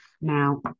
Now